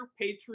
Patreon